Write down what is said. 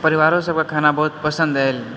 परिवारो सभके खाना बहुत पसन्द आयल